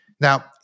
Now